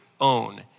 own